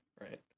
right